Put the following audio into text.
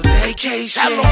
vacation